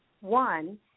One